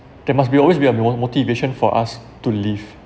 that must be always be a mo~ motivation for us to live